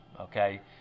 Okay